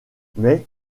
mais